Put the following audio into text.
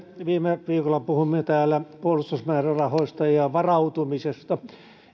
viime viikolla puhuimme täällä puolustusmäärärahoista ja varautumisesta